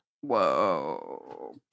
Whoa